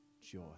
joy